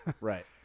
Right